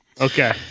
Okay